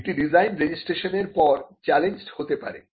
একটি ডিজাইন রেজিস্ট্রেশনের পর চ্যালেঞ্জড্ হতে পারে